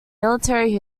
military